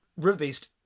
Riverbeast